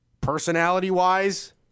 Personality-wise